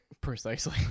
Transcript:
Precisely